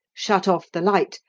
shut off the light,